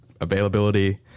availability